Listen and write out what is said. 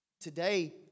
Today